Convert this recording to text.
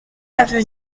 avenue